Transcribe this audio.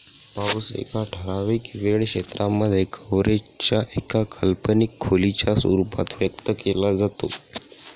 पाऊस एका ठराविक वेळ क्षेत्रांमध्ये, कव्हरेज च्या एका काल्पनिक खोलीच्या रूपात व्यक्त केला जातो